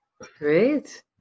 Great